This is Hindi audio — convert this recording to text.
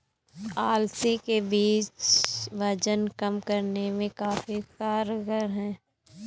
अलसी के बीज वजन कम करने में काफी कारगर है